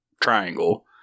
Triangle